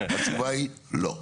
התשובה היא לא.